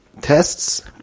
tests